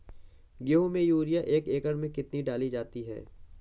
गेहूँ में यूरिया एक एकड़ में कितनी डाली जाती है?